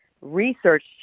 Research